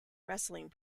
wrestling